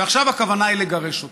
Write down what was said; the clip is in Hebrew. עכשיו הכוונה היא לגרש אותם.